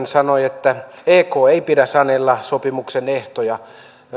sanoi että ekn ei pidä sanella sopimuksen ehtoja